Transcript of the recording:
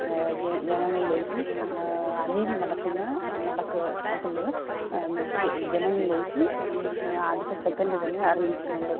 ജനങ്ങൾലേക്ക് അനീതി നടക്കുന്ന നടക്ക് നടക്കുന്നത് മറ്റ് ജനങ്ങളിലേക്ക് അടുത്ത സെക്കൻഡ് തന്നെ അറിയിക്കുന്നുണ്ട് ബ്